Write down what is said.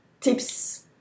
tips